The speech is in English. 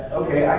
okay